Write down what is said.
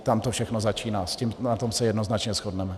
Tam to všechno začíná, na tom se jednoznačně shodneme.